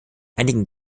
einigen